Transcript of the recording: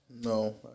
No